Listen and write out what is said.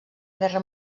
guerra